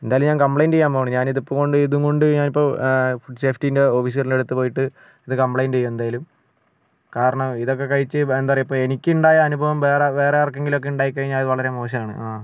എന്തായാലും ഞാൻ കംപ്ലൈയിൻ്റ് ചെയ്യാൻ പോവാണ് ഞാനിത് ഇപ്പം കൊണ്ട് ഇതും കൊണ്ട് ഞാൻ ഇപ്പോൾ ഫുഡ് സ്ഫേറ്റിൻ്റെ ഓഫീസറിൻ്റെ അടുത്ത് പോയിട്ട് ഇത് കംപ്ലൈയിൻ്റ് ചെയ്യും എന്തായാലും കാരണം ഇതൊക്കെ കഴിച്ച് ഇപ്പോൾ എന്താണ് പറയുക ഇപ്പോൾ എനിക്ക് ഉണ്ടായ അനുഭവം വേറെ വേറെ ആർക്കെങ്കിലും ഒക്കെ ഉണ്ടായി കഴിഞ്ഞാൽ അത് വളരെ മോശം ആണ് ആ